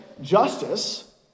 Justice